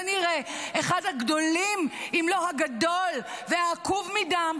כנראה אחד הגדולים אם לא הגדול והעקוב מדם,